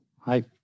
Hi